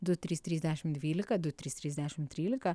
du trys trys dešim dvylika du trys trys dešim trylika